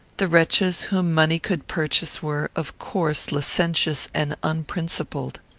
the wretches whom money could purchase were, of course, licentious and unprincipled.